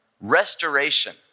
Restoration